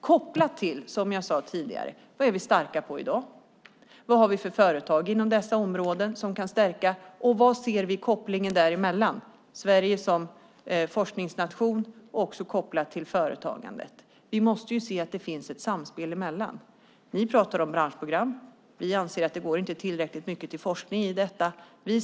Detta är, som jag sade tidigare, kopplat till vad vi är starka på i dag, vad vi har för företag inom dessa områden som kan stärkas och vilken koppling vi kan se däremellan för Sverige som forskningsnation. Det är också kopplat till företagandet. Vi måste se till att det finns ett samspel däremellan. Ni pratar om branschprogram. Vi anser att det inte går tillräckligt mycket till forskning i detta.